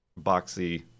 boxy